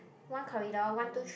one corridor one two three